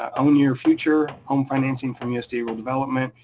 own your future, home financing from usda rural development.